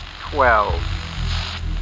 Twelve